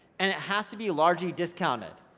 and it has to be largely discounted,